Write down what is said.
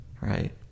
right